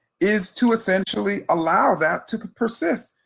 is to essentially allow that to persist,